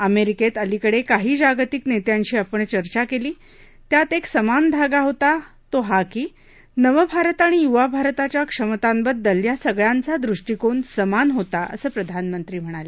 अमेरिकेत अलीकडे काही जागतिक नेत्यांशी आपण चर्चा केली त्यात एक समान धागा होता तो हा की नव भारत आणि युवा भारताच्या क्षमतांबद्दल या सगळ्यांचा दृष्टीकोन समान होता असं प्रधानमंत्री म्हणाले